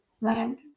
land